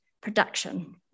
production